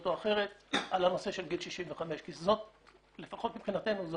או אחרת על הנושא של גיל 65 כי לפחות מבחינתנו זה